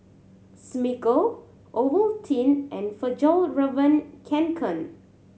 Smiggle Ovaltine and Fjallraven Kanken